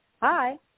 Hi